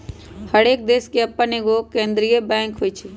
हरेक देश के अप्पन एगो केंद्रीय बैंक होइ छइ